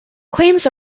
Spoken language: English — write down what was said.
claims